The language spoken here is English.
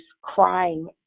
crying